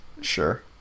Sure